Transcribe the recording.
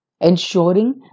ensuring